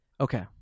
Okay